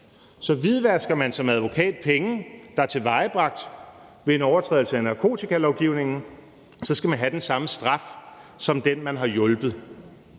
Så hvidvasker man som advokat penge, der er tilvejebragt ved en overtrædelse af narkotikalovgivningen, skal man have den samme straf som den, man har hjulpet.